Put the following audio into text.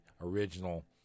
original